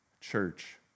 church